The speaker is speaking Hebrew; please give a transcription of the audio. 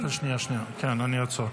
כן, שנייה, אני אעצור.